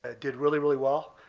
ah did really, really well.